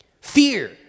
Fear